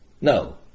No